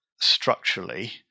structurally